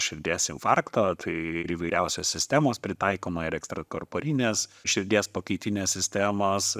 širdies infarkto tai ir įvairiausios sistemos pritaikoma ir ekstrakorporinės širdies pakaitinės sistemos